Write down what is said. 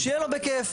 שיהיה לו בכיף,